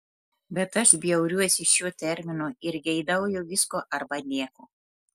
bet aš bjauriuosi šiuo terminu ir geidauju visko arba nieko